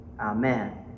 amen